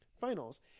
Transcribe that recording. finals